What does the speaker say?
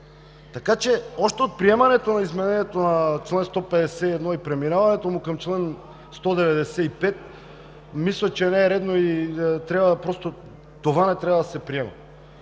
Така че още от приемането на изменението на чл. 151 и преминаването му към чл. 195 мисля, че не е редно и това не трябва да се приема.